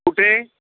कुठे